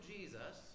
Jesus